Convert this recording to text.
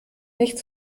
nicht